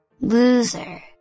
Loser